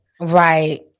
Right